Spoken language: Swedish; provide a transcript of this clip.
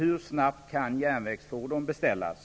Hur snabbt kan järnvägsfordon beställas?